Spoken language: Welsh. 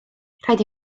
rhaid